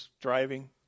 driving